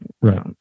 Right